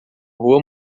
rua